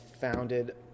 founded